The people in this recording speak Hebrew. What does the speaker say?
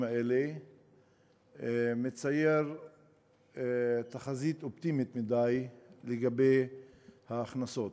האלה מצייר תחזית אופטימית מדי לגבי ההכנסות,